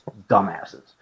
dumbasses